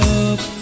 up